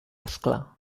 ascla